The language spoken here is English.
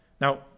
Now